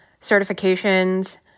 Certifications